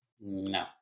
No